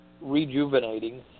rejuvenating